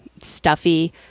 stuffy